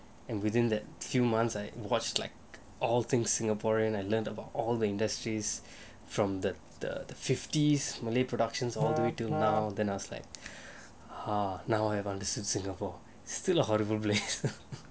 and within that few months I watched like all things singaporean I learned all the industries from the the the fifties malay productions all the way till now than I was like ah now I have understood singapore still a horrible play